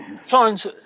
Florence